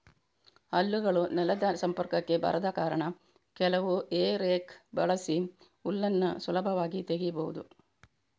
ಹಲ್ಲುಗಳು ನೆಲದ ಸಂಪರ್ಕಕ್ಕೆ ಬರದ ಕಾರಣ ಕೆಲವು ಹೇ ರೇಕ್ ಬಳಸಿ ಹುಲ್ಲನ್ನ ಸುಲಭವಾಗಿ ತೆಗೀಬಹುದು